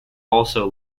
also